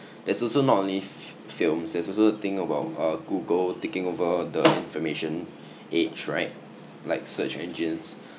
there's also not only f~ films there's also the thing about uh google taking over the information age right like search engines